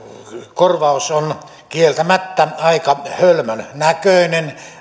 korvaus on kieltämättä aika hölmön näköinen